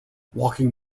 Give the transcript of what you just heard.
walking